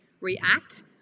react